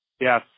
Yes